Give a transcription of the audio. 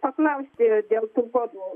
paklausti yra dėl tų formų